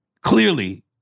Clearly